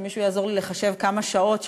שמישהו יעזור לי לחשב כמה שעות,